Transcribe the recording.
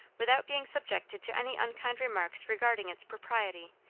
without being subjected to any unkind remarks regarding its propriety,